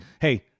hey